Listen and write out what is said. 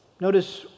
Notice